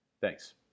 Thanks